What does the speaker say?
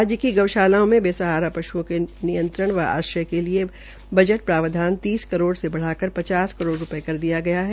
राज्य की गऊशालाओं में बे सहारा पशुआकें के नियंत्रण व आश्रम के लिए बजट प्रावधान तीस करोड़ से बढ़ाकर पचास करोड कर दिया गया है